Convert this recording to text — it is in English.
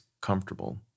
comfortable